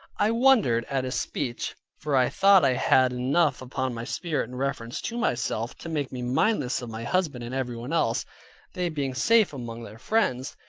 i wondered at his speech, for i thought i had enough upon my spirit in reference to myself, to make me mindless of my husband and everyone else they being safe among their friends.